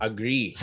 Agree